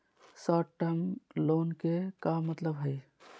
Short term loan के का मतलब हई?